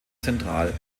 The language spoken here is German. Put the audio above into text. central